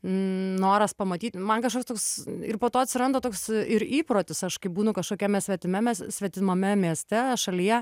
noras pamatyt man kažkoks toks ir po to atsiranda toks ir įprotis aš kai būnu kažkokiame svetimame svetimame mieste šalyje